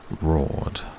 roared